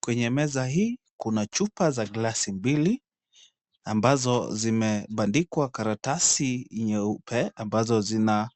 Kwenye meza hii kuna chupa za glasi mbili ambazo zimebandikwa karatasi nyeupe ambazo zina